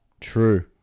true